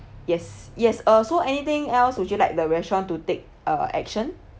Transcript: yes yes uh so anything else would you like the restaurant to take uh action